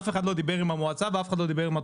אף אחד לא דיבר עם המועצה ואף אחד לא דיבר עם התושבים.